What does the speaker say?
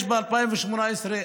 יש ב-2018,